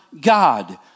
God